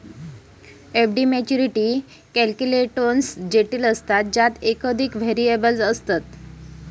FD maturity calculations जटिल असतत ज्यात एकोधिक व्हेरिएबल्स असतत